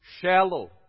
Shallow